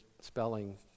spelling